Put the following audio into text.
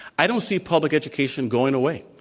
i don't see public education going away.